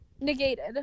negated